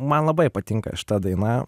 man labai patinka šita daina